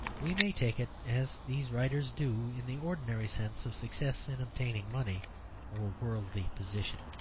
we may take it, as these writers do, in the ordinary sense of success in obtaining money or worldly position.